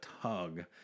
tug